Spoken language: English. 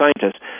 scientists